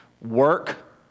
work